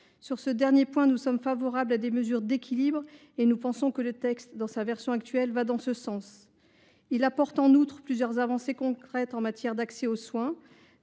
Sur ce dernier point, nous sommes favorables à des mesures d’équilibre. Le texte, dans sa version actuelle, va dans ce sens. Il comporte, en outre, plusieurs avancées concrètes en matière d’accès aux soins